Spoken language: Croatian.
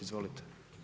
Izvolite.